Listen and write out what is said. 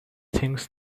things